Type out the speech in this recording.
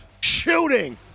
shooting